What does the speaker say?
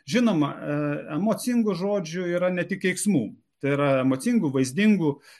žinoma emocingų žodžių yra ne tik keiksmų tai yra emocingų vaizdingų